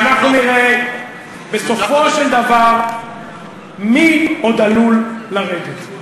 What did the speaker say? ואנחנו נראה בסופו של דבר מי עוד עלול לרדת.